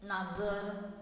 नागजर